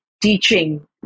teaching